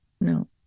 No